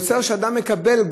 יוצא שאדם מקבל,